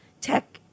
tech